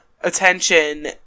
attention